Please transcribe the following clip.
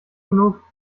genug